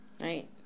Right